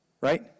right